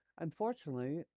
Unfortunately